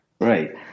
Right